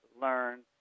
learn